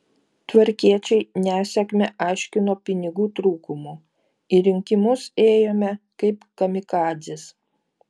tvarkiečiai nesėkmę aiškino pinigų trūkumu į rinkimus ėjome kaip kamikadzės